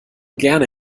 gerne